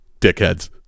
dickheads